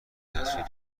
تصویر